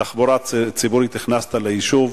תחבורה ציבורית הנכנסת ליישוב.